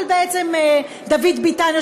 אבל בעצם דוד ביטן,